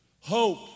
Hope